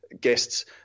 Guests